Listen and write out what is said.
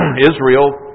Israel